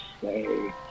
say